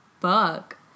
Fuck